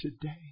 today